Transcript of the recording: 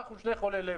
אנחנו שני חולי לב.